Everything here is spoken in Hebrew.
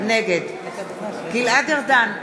נגד גלעד ארדן,